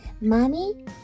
Mommy